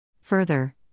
Further